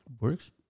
works